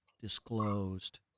disclosed